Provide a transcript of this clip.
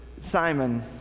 Simon